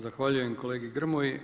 Zahvaljujem kolegi Grmoji.